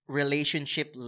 relationship